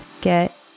get